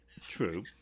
True